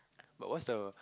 but what's the